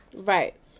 Right